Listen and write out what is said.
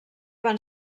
van